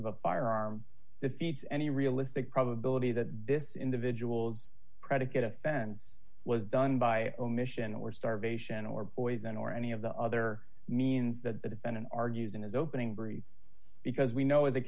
of a firearm defeats any realistic probability that this individual's predicate offense was done by omission or starvation or poison or any of the other means that the defendant argues in his opening brief because we know the